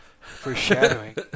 foreshadowing